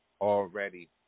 already